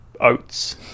oats